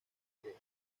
entre